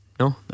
No